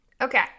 Okay